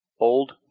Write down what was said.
old